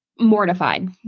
mortified